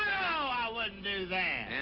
i wouldn't do that! and,